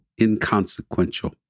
Inconsequential